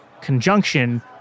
conjunction